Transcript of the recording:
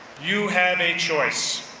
you have a choice.